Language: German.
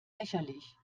lächerlich